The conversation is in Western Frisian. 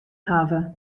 hawwe